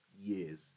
years